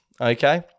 Okay